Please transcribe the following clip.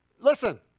Listen